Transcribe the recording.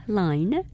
line